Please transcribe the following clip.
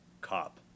cop